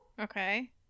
Okay